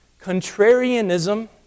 Contrarianism